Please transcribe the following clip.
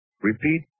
repeat